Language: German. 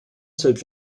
sollen